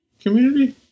community